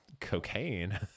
cocaine